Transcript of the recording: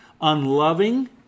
unloving